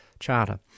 charter